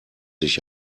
sich